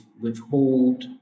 withhold